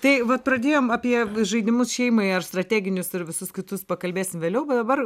tai vat pradėjom apie žaidimus šeimai ar strateginius ir visus kitus pakalbėsim vėliau bet dabar